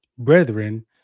brethren